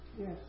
Yes